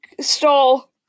stall